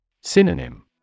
Synonym